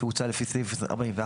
שהוצא לפי סעיף 41,